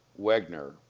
Wegner